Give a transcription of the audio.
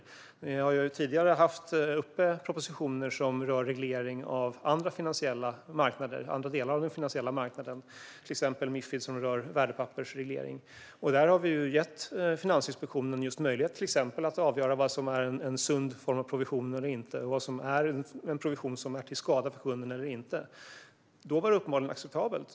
Vi har ju tidigare haft uppe propositioner som rör reglering av andra delar av den finansiella marknaden, till exempel Mifid, som rör värdepappersreglering. Där har vi gett Finansinspektionen möjlighet att till exempel avgöra vad som är en sund form av provision och vad som är en provision som är till skada för kunden eller inte. Då var det uppenbarligen acceptabelt.